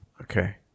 Okay